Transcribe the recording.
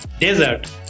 desert